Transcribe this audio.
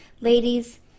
Ladies